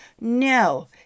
No